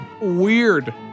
weird